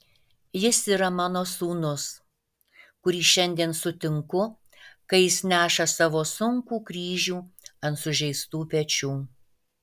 jis yra mano sūnus kurį šiandien sutinku kai jis neša savo sunkų kryžių ant sužeistų pečių